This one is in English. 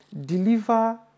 Deliver